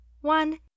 One